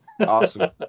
Awesome